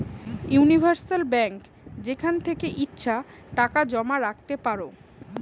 universal bank যেখান থেকে ইচ্ছে টাকা জমা রাখতে পারো